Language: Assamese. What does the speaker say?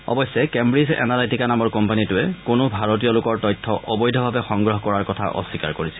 অৱশ্যে কেমব্ৰিজ এনলাইটিকা নামৰ কোম্পানীটোৱে কোনো ভাৰতীয় লোকৰ তথ্য অবৈধভাৱে সংগ্ৰহ কৰাৰ কথা অস্বীকাৰ কৰিছিল